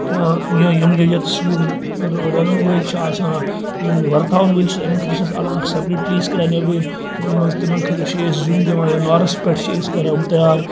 یا یا یِم ییٚتٮ۪س یِم رَنَن وألۍ چھِ آسان یِم وَرتاوَن وألۍ چھِ یِمَن خٲطرٕ چھ اَلَگ اَکھ سَپریٹ پٕلیس کَران نٮ۪برٕ یِم یِمَن منٛز تِمَن خٲطرٕ چھ أسۍ زِیُن دِوان یا نارَس پٮ۪ٹھ چھِ أسۍ کَران یِم تَیار